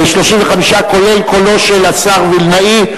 35, כולל קולו של השר וילנאי.